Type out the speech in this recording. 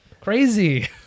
Crazy